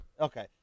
Okay